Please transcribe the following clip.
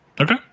Okay